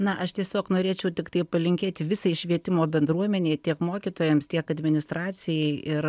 na aš tiesiog norėčiau tiktai palinkėti visai švietimo bendruomenei tiek mokytojams tiek administracijai ir